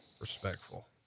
respectful